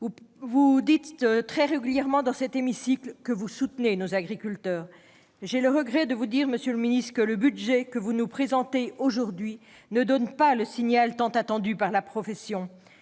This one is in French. Vous affirmez régulièrement dans cet hémicycle que vous soutenez nos agriculteurs. J'ai le regret de vous dire, monsieur le ministre, que le projet de budget que vous nous présentez aujourd'hui ne donne pas le signal tant attendu par la profession.